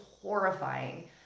horrifying